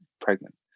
pregnant